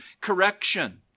correction